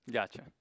Gotcha